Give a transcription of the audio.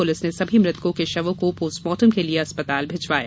police ने सभी मृतकों के शवों को पोस्ट मार्टम के लिये अस्पताल भिजवाया